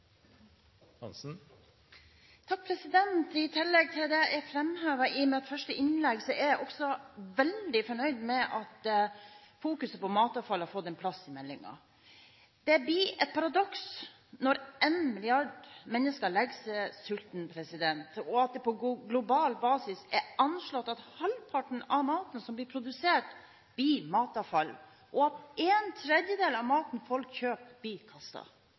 jeg også veldig fornøyd med at fokuset på matavfall har fått en plass i meldingen. Når én milliard mennesker legger seg sultne, blir det et paradoks at det på global basis er anslått at halvparten av maten som blir produsert, blir matavfall, at en tredjedel av maten folk kjøper, blir